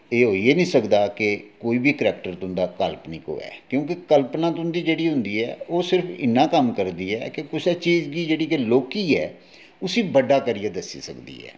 एह् होई गै नेईं सकदा केह् कोई बी करैक्टर तुं'दा काल्पनिक होऐ क्योंकि कल्पना तुं'दी जेह्ड़ी होंदी ओह् सिर्फ इ'न्ना कम्म करदी कि कुसै चीज गी जेह्ड़ी केह् लौह्की ऐ उसी बड्डा करियै दस्सी सकदी ऐ